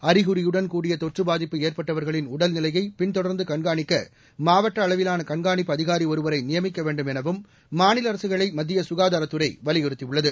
அழிகுறியுடன் கூடிய தொற்று பாதிப்பு ஏற்பட்டவர்களின் உடல்நிலையை பிள்தொடர்ந்து கண்காணிக்க மாவட்ட அளவிலான கண்காணிப்பு அதிகாரி ஒருவரை நியமிக்க வேண்டும் எனவும் மாநில அரசுகளை மத்திய சுகாதாரத்துறை வலியுறுத்தியுள்ளது